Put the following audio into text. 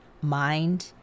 mind